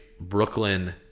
Brooklyn